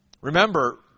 Remember